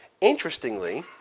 Interestingly